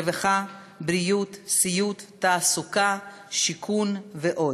רווחה, בריאות, סיעוד, תעסוקה, שיכון ועוד.